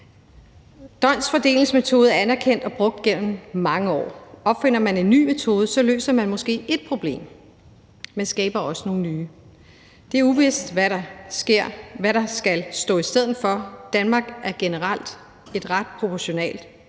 D'Hondts fordelingsmetode er anerkendt og brugt gennem mange år. Opfinder man en ny metode, løser man måske et problem, men skaber også nogle nye. Det er uvist, hvad der skal træde i stedet for. Danmark har generelt et ret proportionalt